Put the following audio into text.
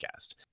podcast